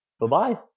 Bye-bye